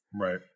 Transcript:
Right